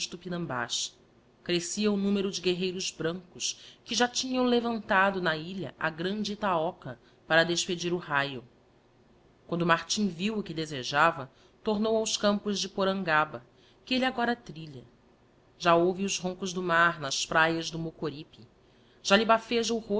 tupinambás crescia o numero de guerreiros brancos que já tinham levantado na ilha a grande itaoca para despedir o raio quando martim viu o que desejava tornou aos campos de porangaba que elle agora trilha já ouve os roncos do mar nas praias do mocoripe já lhe bafeja o